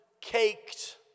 caked